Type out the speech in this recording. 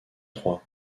troyes